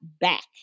back